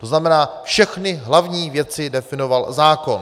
To znamená, všechny hlavní věci definoval zákon.